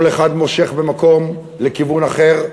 כל אחד מושך במקום לכיוון אחר,